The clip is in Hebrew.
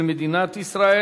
של מדינת ישראל.